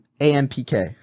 ampk